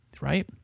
right